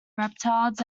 reptiles